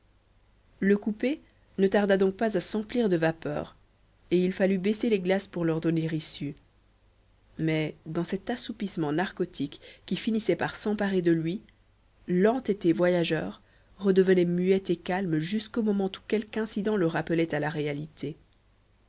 le coupé ne tarda donc pas à s'emplir de vapeurs et il fallut baisser les glaces pour leur donner issue mais dans cet assoupissement narcotique qui finissait par s'emparer de lui l'entêté voyageur redevenait muet et calme jusqu'au moment où quelque incident le rappelait à la réalité